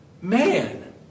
man